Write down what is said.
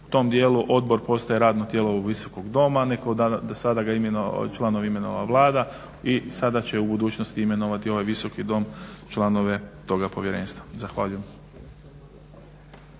u tom dijelu odbor postaje radno tijelo ovog Visokog doma. Do sada je članove imenovala Vlada i sada će i u budućnosti imenovati ovaj Visoki dom članove toga povjerenstva. Zahvaljujem.